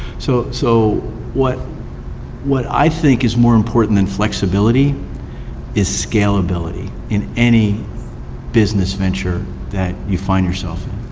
so so what what i think is more important than flexibility is scalability, in any business venture that you find yourself in.